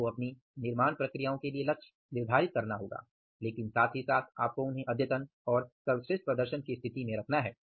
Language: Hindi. आपको अपनी निर्माण प्रक्रियाओं के लिए लक्ष्य निर्धारित करना होगा लेकिन साथ ही साथ आपको उन्हें अद्यतन और सर्वश्रेष्ठ प्रदर्शन की स्थिती में रखना है